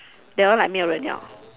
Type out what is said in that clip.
that one like 没有人要